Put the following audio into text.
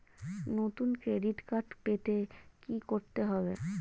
নতুন debit card পেতে কী করতে হবে?